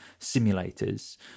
simulators